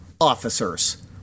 officers